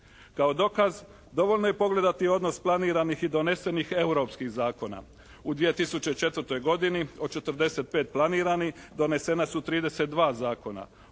Kao dokaz, dovoljno je pogledati odnos planiranih i donesenih europskih zakona. U 2004. godini, od 45 planiranih donesena su 32 zakona.